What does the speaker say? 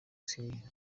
syria